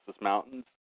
Mountains